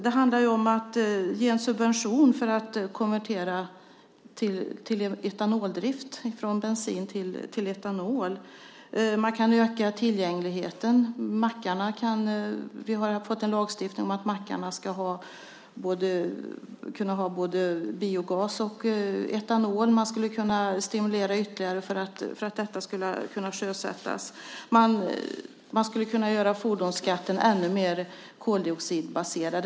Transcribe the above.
Det handlar om att ge en subvention för att konvertera till etanoldrift, från bensin till etanol. Man kan öka tillgängligheten. Vi har fått en lagstiftning om att mackarna ska kunna ha både biogas och etanol. Man skulle kunna stimulera ytterligare för att detta skulle kunna sjösättas. Man skulle kunna göra fordonsskatten ännu mer koldioxidbaserad.